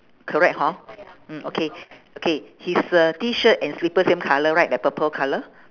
correct hor mm okay okay his uh T-shirt and slipper same colour right the purple colour